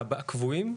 הקבועים תפקידם,